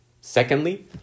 Secondly